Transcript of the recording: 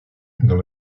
dans